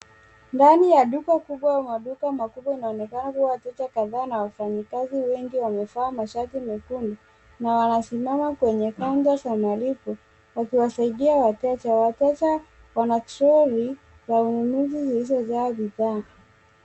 Ndanì ya dùka kubwa au maduka makubwa inaonekana wateja kadhaa na wafanyikazi wengi wamevaa mashati mekundu na wanainama kwenye kaunta za malipo wakiwasaidia wateja. Wateja wana troli za ununuzi zilizojaa bidhaa.